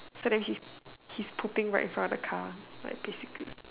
so that means his pooping right in front of the car ya basically